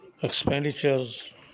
expenditures